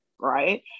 Right